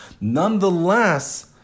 Nonetheless